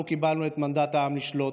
אנחנו קיבלנו את מנדט העם לשלוט.